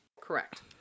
Correct